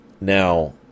Now